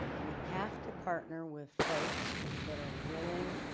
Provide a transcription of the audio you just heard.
we have to partner with folks that are willing